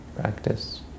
practice